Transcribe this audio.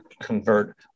convert